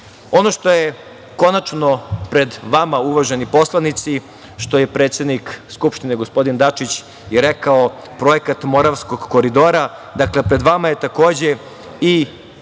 što je konačno pred vama, uvaženi poslanici, što je predsednik Skupštine gospodin Dačić i rekao, projekat Moravskog koridora. Dakle, pred vama je takođe i